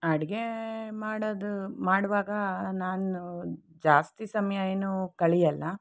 ಅಡುಗೆ ಮಾಡೋದು ಮಾಡುವಾಗ ನಾನು ಜಾಸ್ತಿ ಸಮಯ ಏನು ಕಳಿಯೋಲ್ಲ